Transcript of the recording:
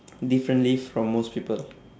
differently from most people